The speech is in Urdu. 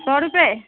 سو روپئے